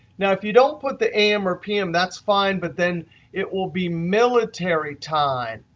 now, if you don't put the am or pm, that's fine, but then it will be military time.